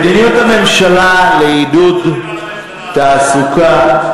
מדיניות הממשלה לעידוד תעסוקה,